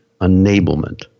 enablement